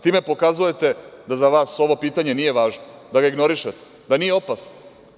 Time pokazujete da za vas ovo pitanje nije važno, da ga ignorišete, da nije opasno.